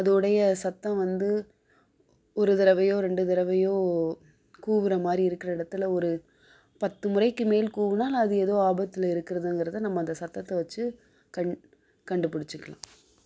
அதோடைய சத்தம் வந்து ஒரு தடவையோ ரெண்டு தடவையோ கூவுற மாதிரி இருக்கிற இடத்துல ஒரு பத்து முறைக்கு மேல் கூவினால் அது எதோ ஆபத்தில் இருக்குறதுங்கறதை நம்ம அந்த சத்தத்தை வச்சு கண் கண்டுபிடிச்சிக்கலாம்